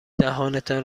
دهانتان